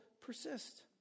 persist